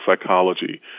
psychology